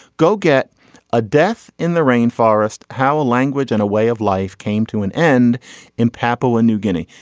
go get a death in the rainforest. how a language and a way of life came to an end in papua new guinea.